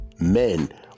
men